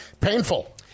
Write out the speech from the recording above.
painful